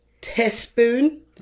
teaspoon